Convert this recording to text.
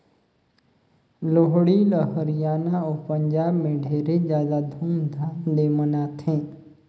लोहड़ी ल हरियाना अउ पंजाब में ढेरे जादा धूमधाम ले मनाथें